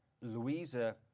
louisa